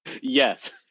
Yes